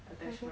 attachment